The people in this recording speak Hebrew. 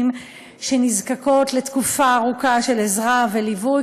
שנזקקות לתקופה ארוכה של עזרה וליווי,